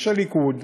איש הליכוד,